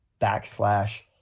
backslash